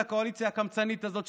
לקואליציה הקמצנית הזאת,